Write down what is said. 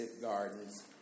gardens